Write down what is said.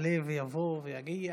יעלה ויבוא ויגיע.